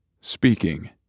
Speaking